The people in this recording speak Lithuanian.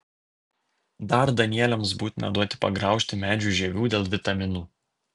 dar danieliams būtina duoti pagraužti medžių žievių dėl vitaminų